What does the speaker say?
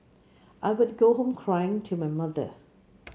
I would go home cry to my mother